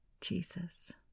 Jesus